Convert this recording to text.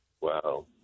Wow